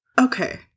okay